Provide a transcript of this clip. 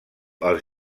els